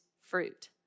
fruit